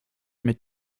mit